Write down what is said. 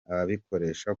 ababikoresha